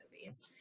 movies